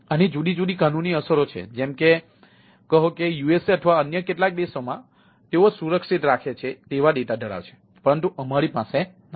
આની જુદી જુદી કાનૂની અસરો છે જેમ કે એમ કહો કે USA અથવા અન્ય કેટલાક દેશોમાં તેઓ સુરક્ષિત રાખે છે તેવા ડેટા ધરાવે છે પરંતુ અમારી પાસે નથી